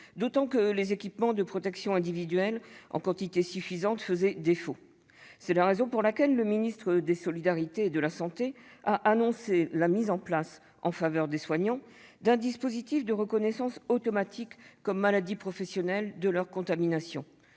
d'autant que les équipements de protection individuelle faisaient défaut. C'est la raison pour laquelle le ministre des solidarités et de la santé a annoncé la mise en place, en faveur des soignants, d'un dispositif de reconnaissance automatique comme maladie professionnelle de leur contamination.